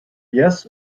yes